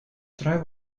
trui